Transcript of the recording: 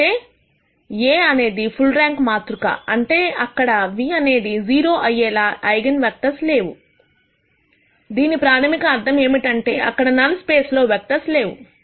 అంటే a అనేది full rank మాతృకఅంటే అక్కడ v అనేది 0 అయ్యేలా ఐగన్ వెక్టర్స్ లేవు దీని ప్రాథమిక అర్థం ఏమిటంటే అక్కడ నల్ స్పేస్ లో వెక్టర్స్ లేవు